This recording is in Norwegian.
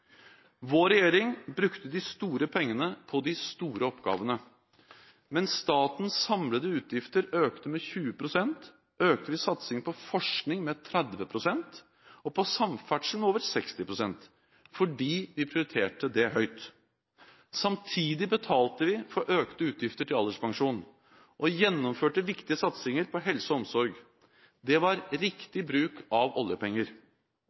Vår regjering brukte de store pengene på de store oppgavene. Mens statens samlede utgifter økte med 20 pst., økte vi satsingen på forskning med 30 pst. og på samferdsel med over 60 pst. – fordi vi prioriterte dette høyt. Samtidig betalte vi for økte utgifter til alderspensjon og gjennomførte viktige satsinger på helse og omsorg. Det var riktig bruk av oljepenger.